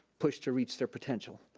pushed to reach their potential.